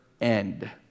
end